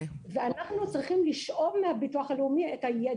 אנחנו צריכים לשאוב מהביטוח הלאומי את הידע.